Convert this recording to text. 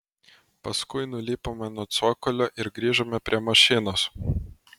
paskui nulipome nuo cokolio ir grįžome prie mašinos